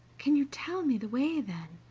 can you tell me the way then,